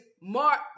Mark